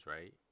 right